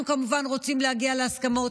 אנחנו כמובן רוצים להגיע להסכמות,